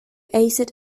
acid